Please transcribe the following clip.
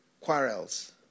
quarrels